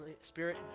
spirit